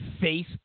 face